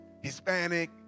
Hispanic